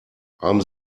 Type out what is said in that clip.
haben